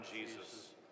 Jesus